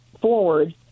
forward